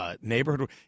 Neighborhood